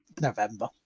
November